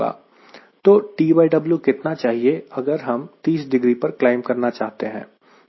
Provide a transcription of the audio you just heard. तो TW कितना चाहिए अगर हम 30 डिग्री पर क्लाइंब करना चाहते हैं